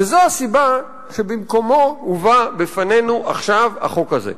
וזאת הסיבה שבמקומו הובא בפנינו עכשיו החוק הזה.